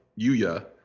Yuya